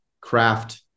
craft